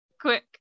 quick